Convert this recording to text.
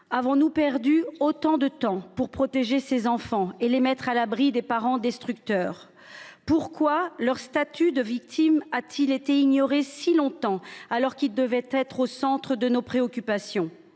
avons nous perdu tant de temps pour protéger ces enfants, pour les mettre à l’abri de parents destructeurs ? Pourquoi leur statut de victimes a t il été si longtemps ignoré, alors qu’il devait être au centre de nos préoccupations ?